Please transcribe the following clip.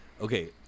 Okay